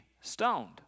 stoned